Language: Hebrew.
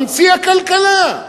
ממציא הכלכלה.